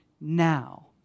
now